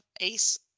Ace